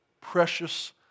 precious